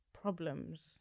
problems